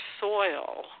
soil